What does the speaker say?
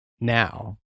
now